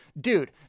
Dude